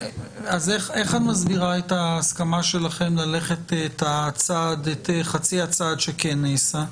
איך את מסבירה את ההסכמה שלכם ללכת את חצי הצעד שכן נעשה?